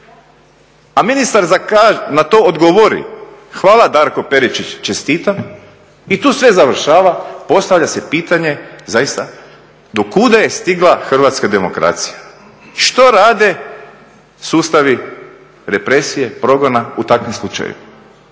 a ministar na to odgovori hvala Darko Peričić, čestitam i tu sve završava postavlja se pitanje zaista do kuda je stigla hrvatska demokracija, što rade sustavi represije, progona u takvim slučajevima.